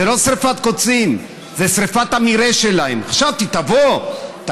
זה לא שרפת קוצים, זה שרפת המרעה שלהם.